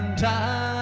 time